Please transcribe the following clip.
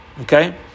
Okay